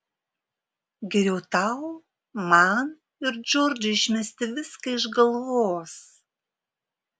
geriau tau man ir džordžui išmesti viską iš galvos